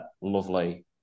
lovely